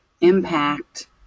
impact